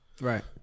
right